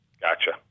Gotcha